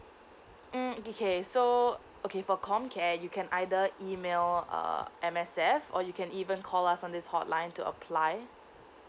mm okay K so okay for comcare you can either email uh M_S_F or you can even call us on this hotline to apply